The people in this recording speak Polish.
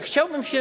Chciałbym się.